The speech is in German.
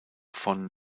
von